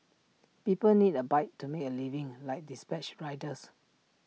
people need A bike to make A living like dispatch riders